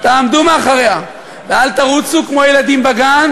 תעמדו מאחוריה ולא תרוצו כמו ילדים בגן